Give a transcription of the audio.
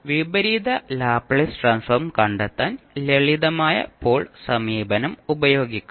വിപരീത Laplace transform കണ്ടെത്താൻ ലളിതമായ പോൾ സമീപനം ഉപയോഗിക്കാം